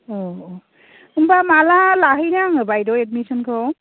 औ औ होनबा माब्ला लाहैनो आङो बायद' एदमिसन खौ